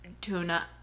Tuna